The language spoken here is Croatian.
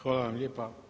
Hvala vam lijepa.